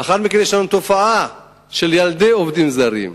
ולאחר מכן יש לנו תופעה של ילדי עובדים זרים.